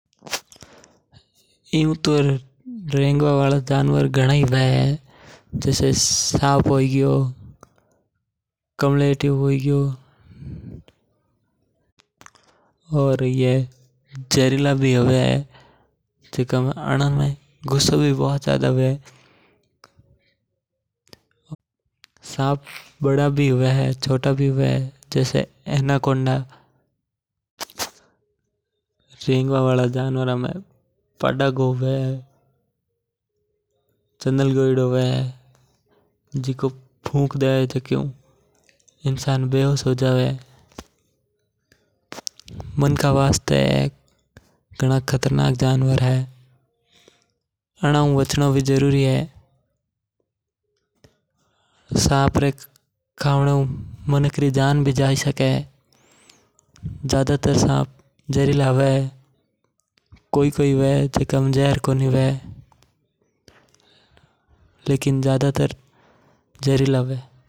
एयू तो रेंगवा वाला जानवर घणा ही हवे जैसे कमलेथियो है गियो साप है गियो बोगी है गी। और ए जहरिला भी हवे और अनमे में गुस्सो भी घणो हवे। साप कई तरह रा हवे अनमे कई वड़ा हवे और कई छोटा हवे जैसे एनाकोंडा। रेंगवा वाला जनावरा हु पड़ा गो हवे और चन्दलगोयिडो हवे जिको फुंक देवे बनेहु माणक री जान भी जाई सके।